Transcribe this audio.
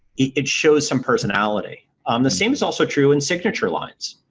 it shows some personality. um the same is also true in signature lines.